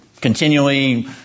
Continually